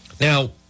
Now